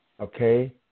okay